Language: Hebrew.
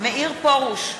מאיר פרוש,